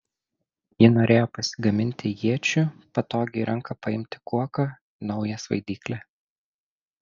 ji norėjo pasigaminti iečių patogią į ranką paimti kuoką naują svaidyklę